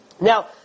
Now